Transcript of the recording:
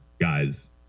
guys